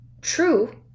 true